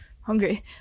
hungry